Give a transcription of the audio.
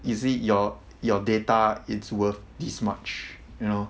is it your your data it's worth this much you know